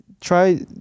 try